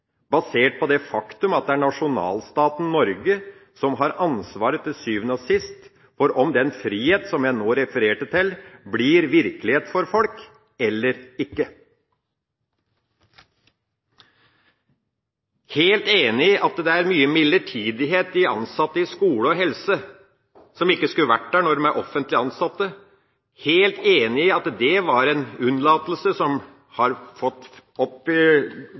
basert på det faktum at det er nasjonalstaten Norge som til syvende og sist har ansvaret for om den frihet som jeg nå refererte til, blir virkelighet for folk eller ikke. Jeg er helt enig i at det er mye midlertidighet blant ansatte i skole- og helsesektoren som ikke skulle ha vært der når de er offentlig ansatt. Jeg er helt enig i at det er en unnlatelse som har fått